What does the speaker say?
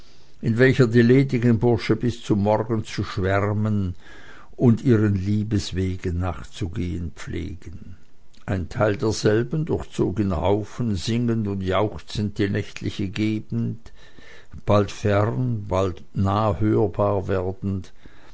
in welcher die ledigen bursche bis zum morgen zu schwärmen und ihren liebeswegen nachzugehen pflegen ein teil derselben durchzog in haufen singend und jauchzend die nächtliche gegend bald fern bald nah hörbar werdend